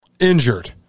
injured